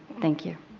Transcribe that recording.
thank you.